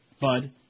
Bud